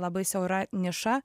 labai siaura niša